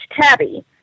tabby